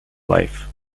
life